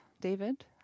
David